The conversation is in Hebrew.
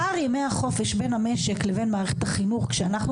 פער ימי החופש בין המשק לבין מערכת החינוך כשאנחנו